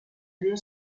río